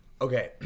okay